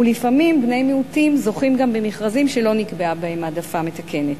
ולפעמים בני מיעוטים זוכים גם במכרזים שלא נקבעה בהם העדפה מתקנת.